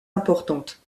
importante